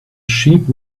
sheep